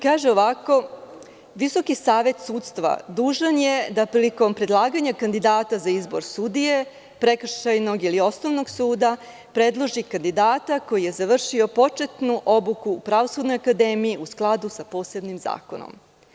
Kaže se – Visoki savet sudstva dužan je da prilikom predlaganja kandidata za izbor sudija prekršajnog ili osnovnog suda predloži kandidata koji je završio početnu obuku Pravosudne akademije u skladu sa posebnim zakonom.